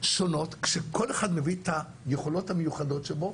שונות כשכל אחד מביא את היכולות המיוחדות שבו.